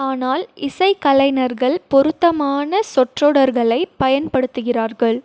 ஆனால் இசை கலைஞர்கள் பொருத்தமான சொற்றொடர்களை பயன்படுத்துகிறார்கள்